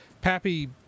Pappy